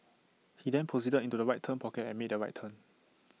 he then proceeded into the right turn pocket and made the right turn